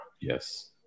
Yes